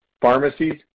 pharmacies